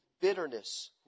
bitterness